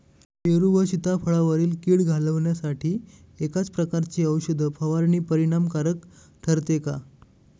पेरू व सीताफळावरील कीड घालवण्यासाठी एकाच प्रकारची औषध फवारणी परिणामकारक ठरते का?